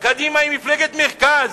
קדימה היא מפלגת מרכז.